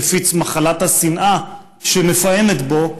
מפיץ מחלת השנאה שמפעמת בו,